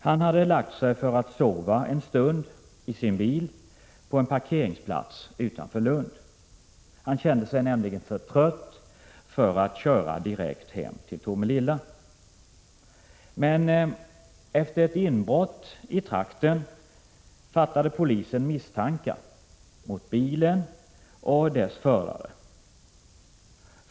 Han hade lagt sig för att sova en stund i sin bil på en parkeringsplats utanför Lund. Han kände sig nämligen för trött för att direkt köra hem till Tomelilla. Men efter ett inbrott i närheten fattade polisen misstankar mot bilen och dess förare.